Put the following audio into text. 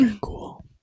cool